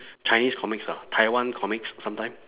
chinese comics ah taiwan comics sometime